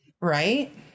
Right